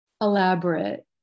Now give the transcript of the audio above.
elaborate